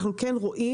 אנחנו כן רואים